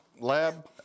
lab